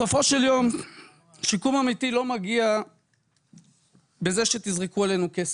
בסופו של יום שיקום אמיתי לא מגיע בזה שתזרקו עלינו כסף,